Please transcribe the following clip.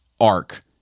arc